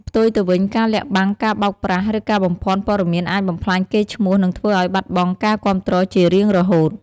ផ្ទុយទៅវិញ ការលាក់បាំង ការបោកប្រាស់ ឬការបំភាន់ព័ត៌មានអាចបំផ្លាញកេរ្តិ៍ឈ្មោះ និងធ្វើឱ្យបាត់បង់ការគាំទ្រជារៀងរហូត។